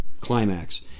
climax